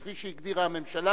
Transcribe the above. כפי שהגדירה הממשלה,